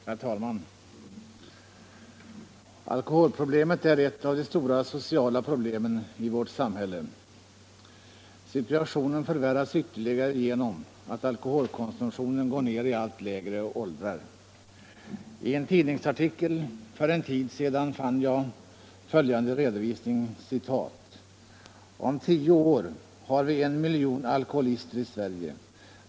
Herr talman! Alkoholproblemet är ett av de stora sociala problemen i vårt samhälle. Situationen förvärras ytterligare genom att alkoholkonsumtionen går ner i allt lägre åldrar. I en tidningsartikel för en tid sedan fann jag följande redovisning: ”Om tio år har vi en miljon alkoholister i Sverige.